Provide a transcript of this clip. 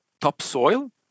topsoil